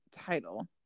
title